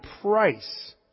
price